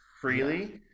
freely